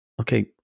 Okay